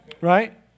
Right